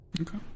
Okay